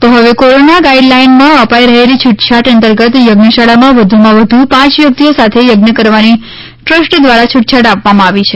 તો હવે કોરોના ગાઇડલાઇનમાં અપાઇ રહેલી છુટછાટ અંતર્ગત યજ્ઞશાળામાં વધુમાં વધુ પાંચ વ્યકિતઓ સાથે યજ્ઞ કરવાની ટ્રસ્ટ દ્વારા છુટછાટ આપવામાં આવી છે